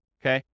okay